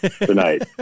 tonight